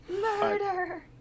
Murder